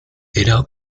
era